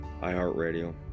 iHeartRadio